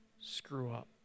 screw-up